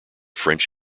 french